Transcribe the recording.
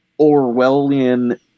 Orwellian